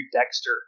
Dexter